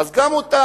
אז גם אותם.